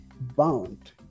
bound